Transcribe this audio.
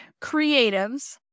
creatives